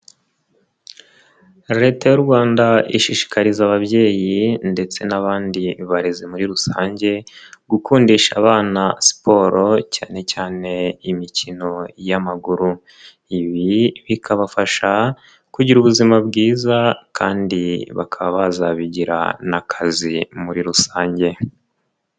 Leta y'u Rwanda ishishikariza ababyeyi ndetse n'abandi barezi muri rusange gukundisha abana siporo cyane cyane imikino y'amaguru, ibi bikabafasha kugira ubuzima bwiza kandi bakaba bazabigira n'akazi muri rusange.